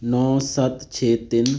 ਨੌ ਸੱਤ ਛੇ ਤਿੰਨ